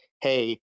hey